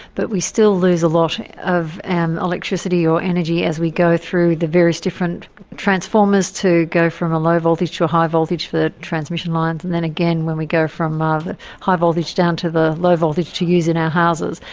but we still lose a lot of and electricity or energy as we go through the various different transformers to go from a low voltage to a high voltage for transmission lines and then again, when we go from ah high voltage down to the low voltage to use in our houses,